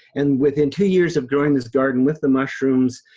and within two years of growing this garden with the mushrooms,